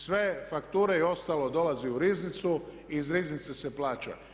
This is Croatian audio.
Sve fakture i ostalo dolazi u Riznicu i iz Riznice se plaća.